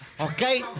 Okay